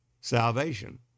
salvation